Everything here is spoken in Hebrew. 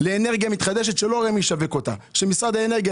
לאנרגיה מתחדשת לא רמ"י ישווק אותה אלא משרד האנרגיה,